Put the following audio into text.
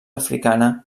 africana